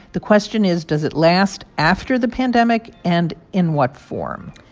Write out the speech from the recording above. the question is, does it last after the pandemic and in what form?